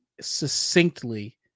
succinctly